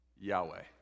Yahweh